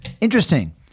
interesting